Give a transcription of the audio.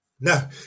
no